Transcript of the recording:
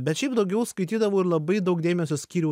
bet šiaip daugiau skaitydavau ir labai daug dėmesio skyriau